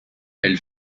elle